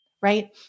right